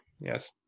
Yes